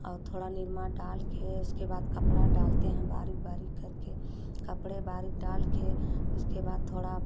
और थोड़ा निरमा डाल के उसके बाद कपड़ा डालते हैं बारी बारी कर के कपड़े बारी डाल के उसके बाद थोड़ा